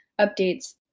updates